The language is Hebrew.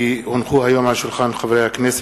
כי הונחו היום על שולחן הכנסת,